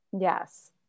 yes